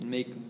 Make